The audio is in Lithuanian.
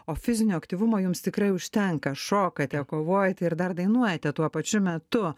o fizinio aktyvumo jums tikrai užtenka šokate kovojate ir dar dainuojate tuo pačiu metu